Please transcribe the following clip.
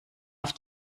auf